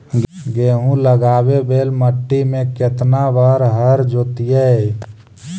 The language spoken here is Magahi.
गेहूं लगावेल मट्टी में केतना बार हर जोतिइयै?